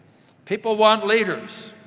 people want leaders.